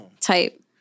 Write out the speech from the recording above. type